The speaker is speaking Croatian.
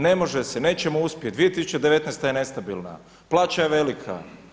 Ne može se, nećemo uspjeti, 2019. je nestabilna, plaća je velika.